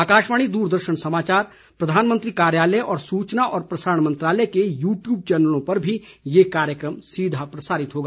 आकाशवाणी दूरदर्शन समाचार प्रधानमंत्री कार्यालय तथा सूचना और प्रसारण मंत्रालय के यू ट्यूब चैनलों पर भी ये कार्यक्रम सीधा प्रसारित होगा